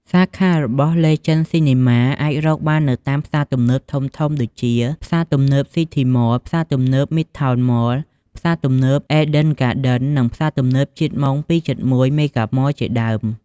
សាខារបស់ លេជេន ស៊ីនីម៉ា អាចរកបាននៅតាមផ្សារទំនើបធំៗដូចជា ផ្សារទំនើប ស៊ីធីម៉ល, ផ្សារទំនើប មីដថោន ម៉ល, ផ្សារទំនើប អេដេន ហ្គាដិន, និង ផ្សារទំនេីប ជីបម៉ុង ពីរ ចិតមួយ (271) មេហ្គាម៉ល ជាដើម។